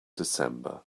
december